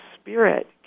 spirit